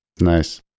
nice